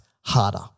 harder